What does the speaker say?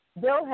Bill